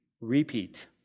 repeat